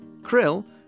Krill